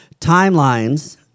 timelines